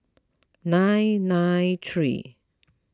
nine nine three